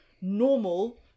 normal